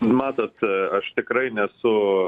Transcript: matot aš tikrai nesu